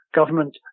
Government